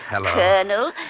colonel